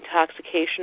intoxication